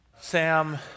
Sam